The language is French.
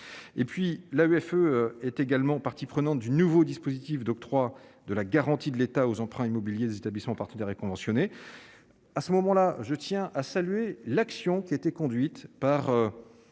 et puis la UFE est également partie prenante du nouveau dispositif d'octroi de la garantie de l'État aux emprunts immobiliers des établissements partenaires est conventionné, à ce moment-là, je tiens à saluer l'action qui était conduite par